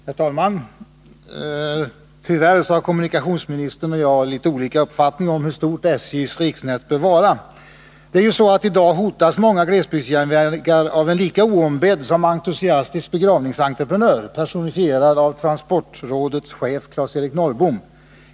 Herr talman! Tyvärr har kommunikationsministern och jag litet olika uppfattningar om hur stort SJ:s riksnät bör vara. I dag hotas många glesbygdsjärnvägar av en lika oombedd som entusiastisk begravningsentreprenör, personifierad av transportrådets chef Claes-Erik Norrbom.